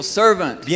servant